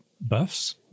buffs